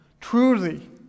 truly